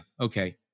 okay